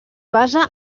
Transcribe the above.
basa